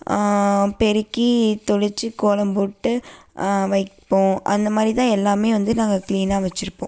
பெருக்கி தொடச்சி கோலம் போட்டு வைப்போம் அந்தமாதிரிதான் எல்லாமே வந்து நாங்கள் க்ளீனாக வச்சுருப்போம்